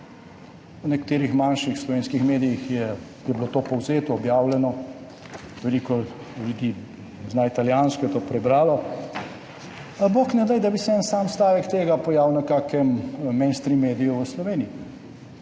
V nekaterih manjših slovenskih medijih je bilo to povzeto, objavljeno. Veliko ljudi zna italijansko in je to prebralo. Bog ne daj, da bi se en sam stavek tega pojavil na kakšnem mainstream mediju v Sloveniji.